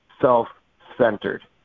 self-centered